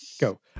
go